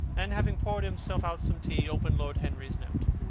and having poured himself out some tea, opened lord henry's note.